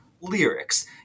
lyrics